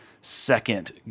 second